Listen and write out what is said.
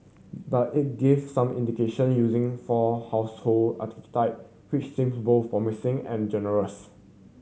but it gave some indication using four household archetype which seem both promising and generous